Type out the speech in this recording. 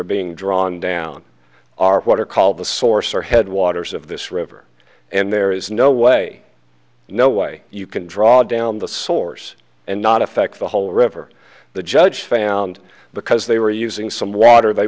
are being drawn down are what are called the source or head waters of this river and there is no way no way you can draw down the source and not effect the whole river the judge found because they were using some water they